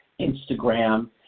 Instagram